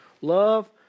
Love